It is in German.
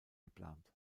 geplant